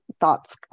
thoughts